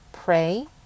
Pray